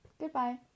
Goodbye